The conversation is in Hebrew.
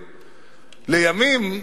לימים,